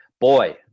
Boy